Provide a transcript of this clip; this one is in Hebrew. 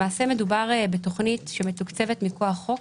למעשה מדובר בתוכנית שמתוקצבת מכוח חוק,